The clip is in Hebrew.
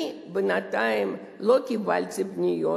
אני בינתיים לא קיבלתי פניות,